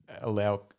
allow